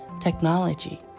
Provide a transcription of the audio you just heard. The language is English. technology